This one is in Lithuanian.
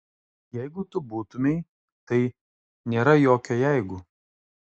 jeigu tu būtumei tai nėra jokio jeigu